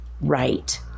right